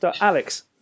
Alex